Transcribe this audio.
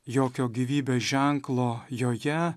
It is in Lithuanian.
jokio gyvybės ženklo joje